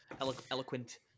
eloquent